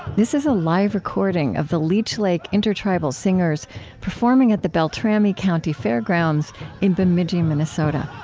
this is a live recording of the leech lake intertribal singers performing at the beltrami county fairgrounds in bemidji, minnesota